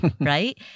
Right